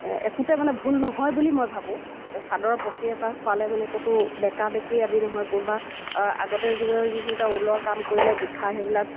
একোতে মানে ভুল নহয় বুলি মই ভাবোঁ কেতিয়াবা চাদৰ পটি এটা খোৱালে মানে ক'তো বেঁকাবেঁকি আদি নহয় ক'ৰবাত আগতে যিদৰে যিখিনি উলৰ কাম কৰিলে গোঁঠা সেইবিলাক